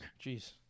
Jeez